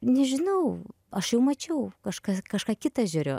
nežinau aš jau mačiau kažką kažką kitą žiūriu